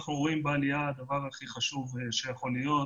אנחנו רואים בעלייה כדבר הכי חשוב שיכול להיות.